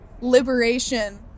liberation